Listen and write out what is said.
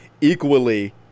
equally